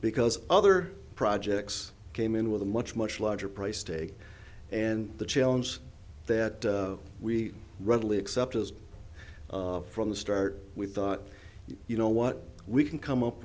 because other projects came in with a much much larger price day and the challenge that we readily accept as from the start we thought you know what we can come up